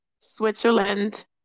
Switzerland